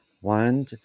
one